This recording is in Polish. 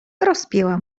rozpięła